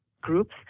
groups